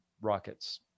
rockets